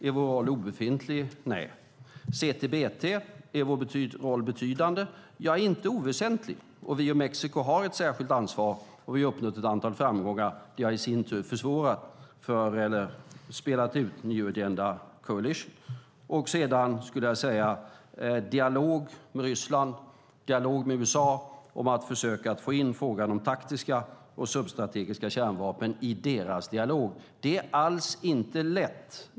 Är vår roll obefintlig? Nej. CTBT - är vår roll betydande? Ja, den är inte oväsentlig. Vi och Mexiko har ett särskilt ansvar, och vi har uppnått ett antal framgångar. Det har i sin tur försvårat för eller spelat ut New Agenda Coalition. Sedan skulle jag säga att det handlar om dialog med Ryssland och dialog med USA om att försöka att få in frågan om taktiska och substrategiska kärnvapen i deras dialog. Det är alls inte lätt.